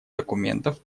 документов